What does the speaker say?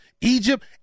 Egypt